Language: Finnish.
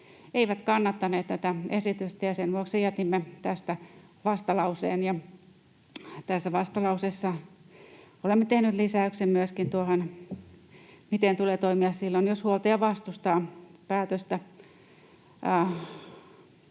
eivät kannattaneet tätä esitystä. Sen vuoksi jätimme tästä vastalauseen. Tässä vastalauseessa olemme tehneet lisäyksen myöskin siihen, miten tulee toimia silloin, jos huoltaja vastustaa päätöstä,